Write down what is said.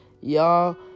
Y'all